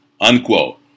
Unquote